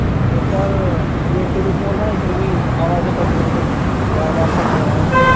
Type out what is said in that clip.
وہ سر یہ telephone ہے اس میں بھی آوازیں کٹ رہی ہیں بار بار کٹ ہو رہا ہے فون